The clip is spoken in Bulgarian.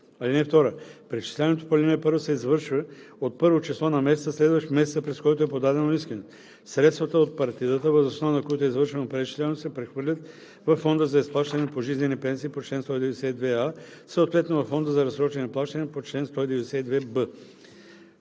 тях. (2) Преизчисляването по ал. 1 се извършва от първо число на месеца, следващ месеца, през който е подадено искането. Средствата от партидата, въз основа на които е извършено преизчисляването, се прехвърлят във фонда за изплащане на пожизнени пенсии по чл. 192а, съответно във фонда за разсрочени плащания по чл. 192б.“